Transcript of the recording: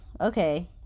okay